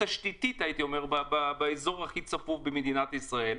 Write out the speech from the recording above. התשתיתית באזור הכי צפוף במדינת ישראל.